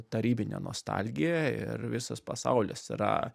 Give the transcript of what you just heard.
tarybinę nostalgiją ir visas pasaulis yra